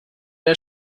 der